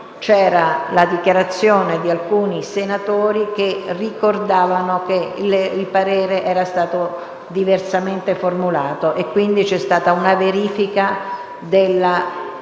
c'era la dichiarazione di alcuni senatori che ricordavano che il parere era stato diversamente formulato e, quindi, c'è stata una verifica dell'esatta